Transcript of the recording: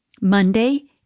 Monday